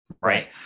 Right